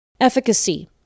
efficacy